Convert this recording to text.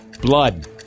Blood